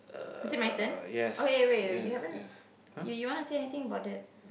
is it my turn okay wait wait you haven't you you wanna say anything about that